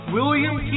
William